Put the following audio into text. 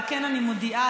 על כן אני מודיעה,